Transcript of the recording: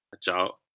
Ciao